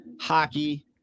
hockey